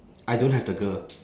I don't have the girl